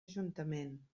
ajuntament